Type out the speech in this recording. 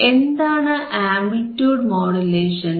എന്താണ് amplitude modulations